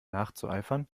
nachzueifern